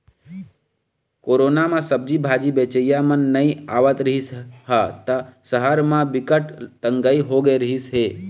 corona म सब्जी भाजी बेचइया मन नइ आवत रिहिस ह त सहर म बिकट तंगई होगे रिहिस हे